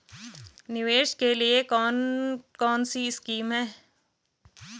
निवेश के लिए कौन कौनसी स्कीम हैं?